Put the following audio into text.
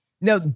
now